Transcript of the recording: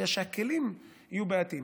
בגלל שהכלים יהיו בעייתיים.